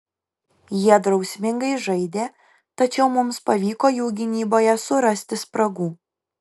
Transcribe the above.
jie drausmingai žaidė tačiau mums pavyko jų gynyboje surasti spragų